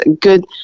good